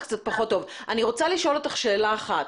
אני רוצה לשאול אותך שאלה אחת.